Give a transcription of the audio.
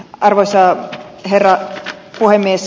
arvoisa herra puhemies